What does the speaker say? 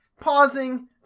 pausing